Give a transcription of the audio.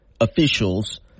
officials